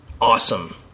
awesome